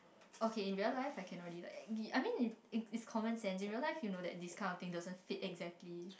okay in real life I can already like I mean it it's common sense you realise you know that this kind of thing doesn't fit exactly